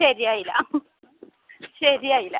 ശരിയായില്ല ശരിയായില്ല